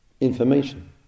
information